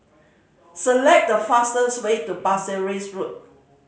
select the fastest way to Pasir Ris Road